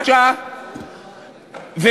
אני מסכימה.